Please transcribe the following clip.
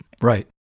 Right